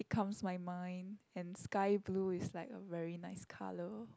it calms my mind and sky blue is like a very nice colour